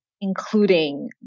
including